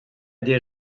des